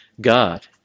God